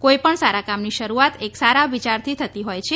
કોઈપણ સારા કામની શરૂઆત એક સારા વિચારથી થતી હોય છે